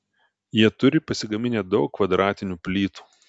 jie turi pasigaminę daug kvadratinių plytų